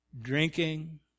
Drinking